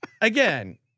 again